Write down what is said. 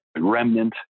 remnant